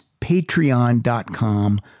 patreon.com